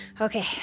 Okay